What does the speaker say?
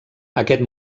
aquest